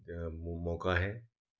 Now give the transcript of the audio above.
मौका है